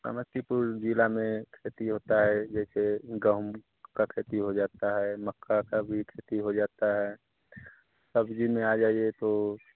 समस्तीपुर ज़िले में खेती होती है जैसे गेहूँ की खेती हो जाती है मक्का के भी खेती हो जाती है सब्ज़ी में आ जाइए तो